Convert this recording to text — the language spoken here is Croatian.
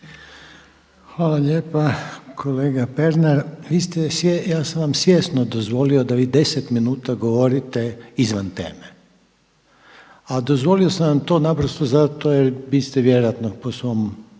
Hvala lijepa. Kolega Pernar, ja sam vam svjesno dozvolio da vi 10 minuta govorite izvan teme a dozvolio sam vam to naprosto zato jer biste vjerojatno po svom